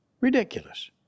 ridiculous